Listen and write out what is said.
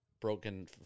broken